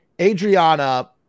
adriana